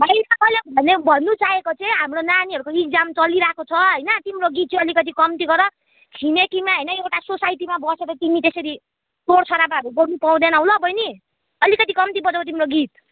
होइन मैले भन्नु चाहेको चाहिँ हाम्रो नानीहरूको चाहिँ एक्जाम चलिरहेको छ होइन तिम्रो गीत चाहिँ अलिकति कम्ति गर छिमेकीमा होइन एउटा सोसाइटीमा बसेर तिमी त्यसरी सोरसराबाहरू गर्नु पाउँदैनौ ल बहिनी अलिकति कम्ति बजाउ तिम्रो गीत